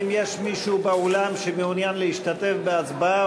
האם יש מישהו באולם שמעוניין להשתתף בהצבעה